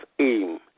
aim